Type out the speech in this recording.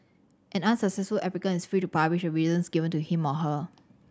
an unsuccessful applicant is free to publish the reasons given to him or her